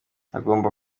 hagomba